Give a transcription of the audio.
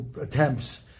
attempts